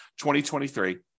2023